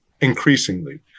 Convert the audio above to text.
increasingly